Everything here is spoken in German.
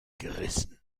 gerissen